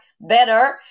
better